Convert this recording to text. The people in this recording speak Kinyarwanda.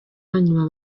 yanyu